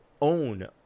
own